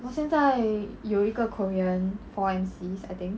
我现在有一个 korean four M_C I think